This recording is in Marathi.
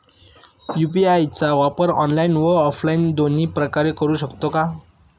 यू.पी.आय चा वापर ऑनलाईन व ऑफलाईन दोन्ही प्रकारे करु शकतो का?